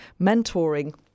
mentoring